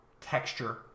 texture